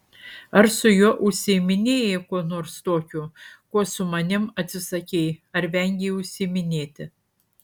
ar su juo užsiiminėjai kuo nors tokiu kuo su manimi atsisakei ar vengei užsiiminėti